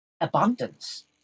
abundance